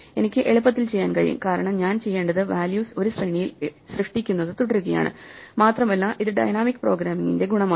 എനിക്ക് എളുപ്പത്തിൽ ചെയ്യാൻ കഴിയും കാരണം ഞാൻ ചെയ്യേണ്ടത് വാല്യൂസ് ഒരു ശ്രേണിയിൽ സൃഷ്ടിക്കുന്നത് തുടരുകയാണ് മാത്രമല്ല ഇത് ഡൈനാമിക് പ്രോഗ്രാമിംഗിന്റെ ഗുണമാണ്